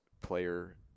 player